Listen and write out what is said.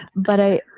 but i,